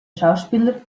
schauspieler